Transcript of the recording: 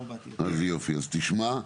אז תשמע.